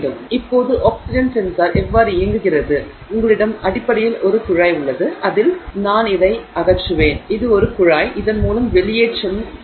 எனவே இப்போது oxygen sensor எவ்வாறு இயங்குகிறது உங்களிடம் அடிப்படையில் ஒரு குழாய் உள்ளது அதில் நான் இதை அகற்றுவேன் இது ஒரு குழாய் இதன் மூலம் வெளியேற்றம் செல்கிறது